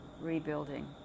rebuilding